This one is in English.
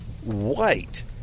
white